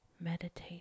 meditate